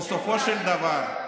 בסופו של דבר,